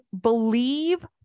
believe